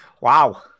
Wow